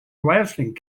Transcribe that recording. blasting